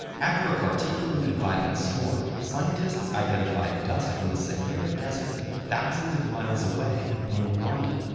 after a particularly violent storm, scientists identified dust from the sahara desert thousands of miles away in london,